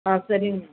ஆ சரிங்க